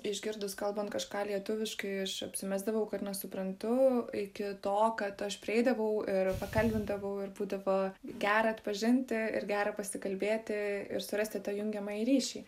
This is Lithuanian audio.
išgirdus kalbant kažką lietuviškai aš apsimesdavau kad nesuprantu iki to kad aš prieidavau ir pakalbindavau ir būdavo gera atpažinti ir gera pasikalbėti ir surasti tą jungiamąjį ryšį